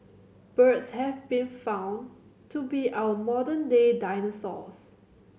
birds have been found to be our modern day dinosaurs